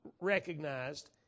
recognized